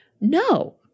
No